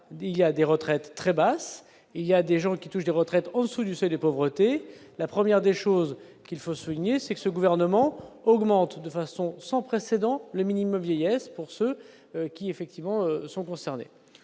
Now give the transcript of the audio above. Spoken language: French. il y a des retraites très basse, il y a des gens qui touchent des retraites en-dessous du seuil de pauvreté, la première des choses qu'il faut souligner, c'est que ce gouvernement augmente de façon sans précédent, le minimum vieillesse pour ceux qui effectivement sont concernés